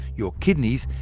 your kidneys,